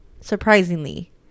Surprisingly